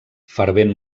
fervent